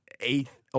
eighth